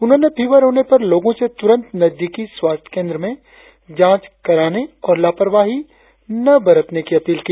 उन्होंने फीवर होने पर लोगो से तुरंत नजदिकी स्वास्थ्य केंद्र में जांच कराने और लापरवाही न बरतने की अपील की